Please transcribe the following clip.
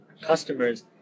customers